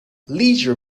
leisure